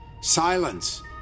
Silence